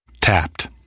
Tapped